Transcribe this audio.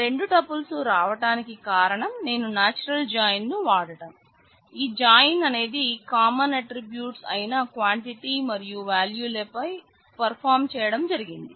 ఆ రెండు టపుల్స్ రావటానికి కారణం నేను నాచురల్ జాయిన్అయిన క్వాంటిటీ మరియు వాల్యూ ల పై పర్ఫార్మ్ చేయడం జరిగింది